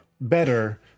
better